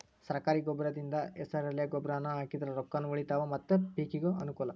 ಸರ್ಕಾರಿ ಗೊಬ್ರಕಿಂದ ಹೆಸರೆಲೆ ಗೊಬ್ರಾನಾ ಹಾಕಿದ್ರ ರೊಕ್ಕಾನು ಉಳಿತಾವ ಮತ್ತ ಪಿಕಿಗೂ ಅನ್ನಕೂಲ